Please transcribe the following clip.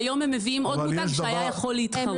והיום הם מביאים עוד מותג שהיה יכול להתחרות.